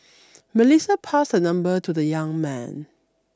Melissa passed her number to the young man